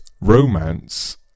Romance